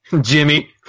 Jimmy